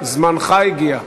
זמנך הגיע.